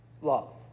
love